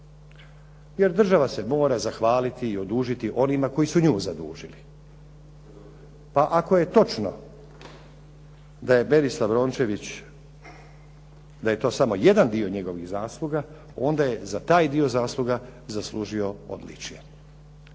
Jer država se mora zahvaliti i odužiti onima koji su nju zadužili. Pa ako je točno da je Berislav Rončević, da je to samo jedan dio njegovih zasluga, onda je za taj dio zasluga zaslužio odličje.